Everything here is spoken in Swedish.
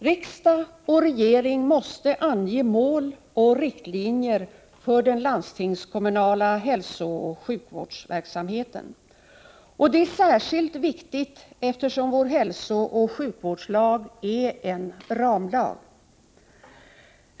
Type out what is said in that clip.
Riksdagen och regeringen måste ange mål och riktlinjer för den landstingskommunala hälsooch sjukvårdsverksamheten. Detta är särskilt viktigt eftersom vår hälsooch sjukvårdslag är en ramlag.